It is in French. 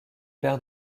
père